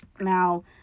Now